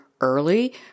early